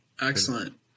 excellent